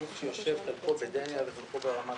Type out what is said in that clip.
גוף שיושב חלקו בדניה וחלקו במת"ם.